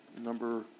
number